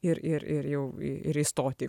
ir ir ir jau ir įstot į